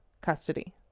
custody